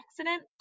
accident